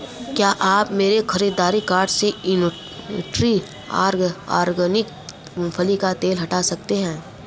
क्या आप मेरे ख़रीदारी कार्ट से न्यूट्रीऑर्ग ऑर्गेनिक मूँगफली का तेल हटा सकते हैं